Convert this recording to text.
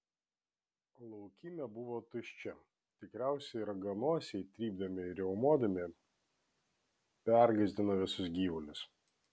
laukymė buvo tuščia tikriausiai raganosiai trypdami ir riaumodami pergąsdino visus gyvulius